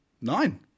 nine